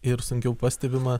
ir sunkiau pastebima